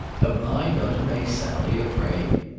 have i done to make sally afraid?